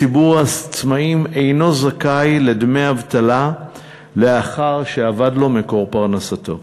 ציבור העצמאים אינו זכאי לדמי אבטלה לאחר שאבד לו מקור פרנסתו.